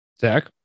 Zach